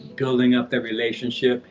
building up a relationship,